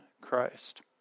Christ